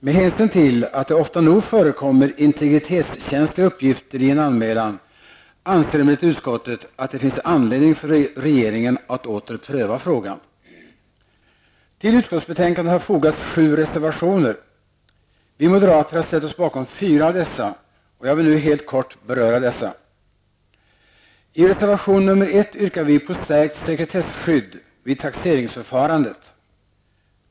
Med hänsyn till att det ofta nog förekommer integritetskänsliga uppgifter i en anmälan anser emellertid utskottet att det finns anledning för regeringen att åter pröva frågan. Till utskottsbetänkandet har fogats sju reservationer. Vi moderater har ställt oss bakom fyra av dessa, och jag vill nu helt kort beröra dem. I reservation nr 1 yrkar vi på stärkt sekretesskydd vid taxeringsförfarandet.